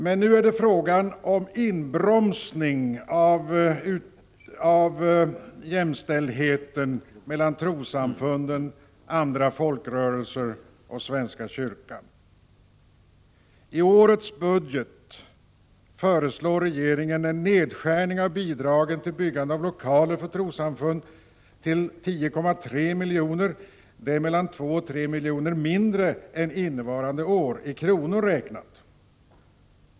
Men nu är det fråga om en inbromsning av jämställdheten mellan trossamfunden, andra folkrörelser och svenska kyrkan. I årets budget föreslår regeringen en nedskärning av bidragen till byggande av lokaler för trossamfund till 10,3 milj.kr. Det är mellan 2 och 3 miljoner mindre än innevarande år, i kronor räknat.